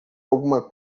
alguma